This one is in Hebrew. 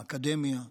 האקדמיה,